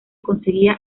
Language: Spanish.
conseguía